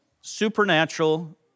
supernatural